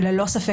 וללא ספק,